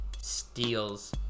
steals